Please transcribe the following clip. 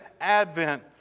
Advent